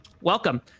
Welcome